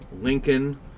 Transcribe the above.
Lincoln